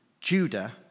Judah